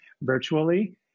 virtually